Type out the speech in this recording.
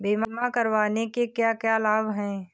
बीमा करवाने के क्या क्या लाभ हैं?